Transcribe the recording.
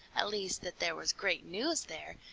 at least that there was great news there,